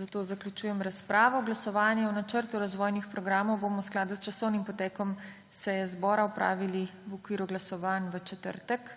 zato zaključujem razpravo. Glasovanje o Načrtu razvojnih programov bomo v skladu s časovnim potekom seje zbora opravili v okviru glasovanj v četrtek.